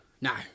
No